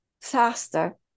faster